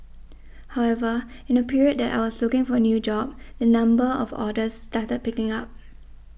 however in the period that I was looking for a new job the number of orders started picking up